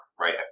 right